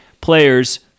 players